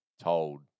told